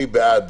מי בעד